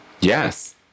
Yes